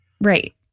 Right